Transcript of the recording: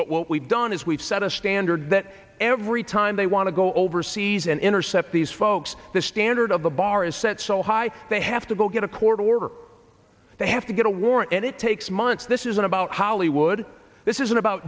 but what we've done is we've set a standard that every time they want to go overseas and intercept these folks the standard of the bar is set so high they have to go get a court order they have to get a warrant and it takes months this isn't about hollywood this isn't about